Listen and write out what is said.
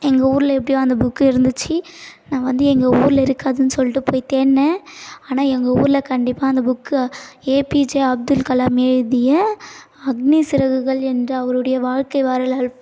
எங்கள் ஊரில் எப்படியோ அந்த புக்கு இருந்துச்சு நான் வந்து எங்கள் ஊரில் இருக்காதுன்னு சொல்லிட்டு போய் தேடினேன் ஆனால் எங்கள் ஊரில் கண்டிப்பாக அந்த புக் ஏபிஜே அப்துல் கலாம் எழுதிய அக்னி சிறகுகள் என்ற அவருடைய வாழ்க்கை வரலாறு